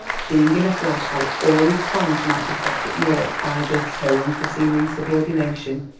seeing in a flash how all his plans might be set at naught by this her unforeseen insubordination,